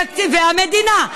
מתקציבי המדינה.